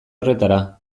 horretara